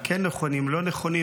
הם כן נכונים, הם לא נכונים.